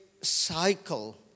cycle